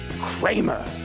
Kramer